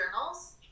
journals